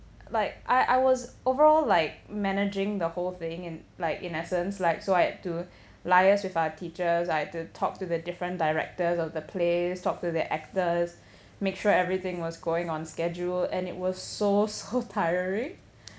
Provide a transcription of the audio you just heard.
like I I was overall like managing the whole thing and like in essence like so I had to liase with our teachers I had to talk to the different directors of the play talk to the actors make sure everything was going on schedule and it was so so tiring